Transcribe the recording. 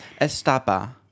estaba